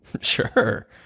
Sure